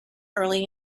early